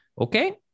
okay